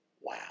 Wow